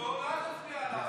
נדון בו, ואז נצביע עליו.